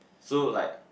so like